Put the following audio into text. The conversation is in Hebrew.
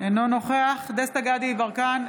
אינו נוכח דסטה גדי יברקן,